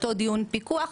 אותו דיון פיקוח,